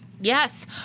yes